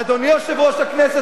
אדוני יושב-ראש הכנסת,